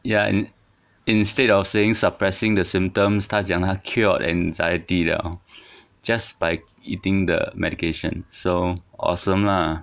ya and instead of saying suppressing the symptoms 他讲他 cured anxiety liao just by eating the medication so awesome lah